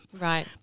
Right